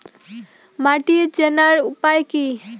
মাটি চেনার উপায় কি?